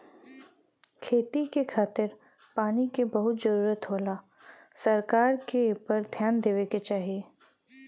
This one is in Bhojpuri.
खेती के खातिर पानी के बहुते जरूरत होला सरकार के एपर ध्यान देवे के चाही